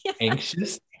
Anxious